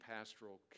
Pastoral